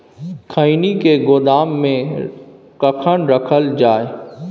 खैनी के गोदाम में कखन रखल जाय?